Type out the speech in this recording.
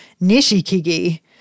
Nishikigi